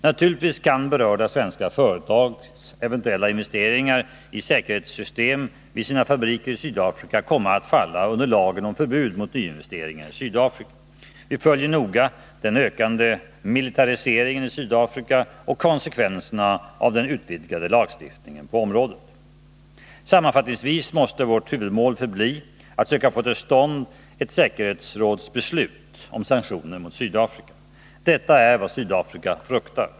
Naturligtvis kan berörda svenska företags eventuella investeringar i säkerhetssystem vid sina fabriker i Sydafrika komma att falla under lagen för förbud mot nyinvesteringar i Sydafrika. Vi följer noga den ökande militariseringen i Sydafrika och konsekvenserna av den utvidgade lagstiftningen på området. Sammanfattningsvis måste vårt huvudmål förbli att söka få till stånd ett säkerhetsrådsbeslut om sanktioner mot Sydafrika. Detta är vad Sydafrika fruktar.